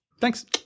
Thanks